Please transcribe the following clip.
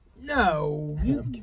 No